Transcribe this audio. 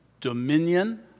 dominion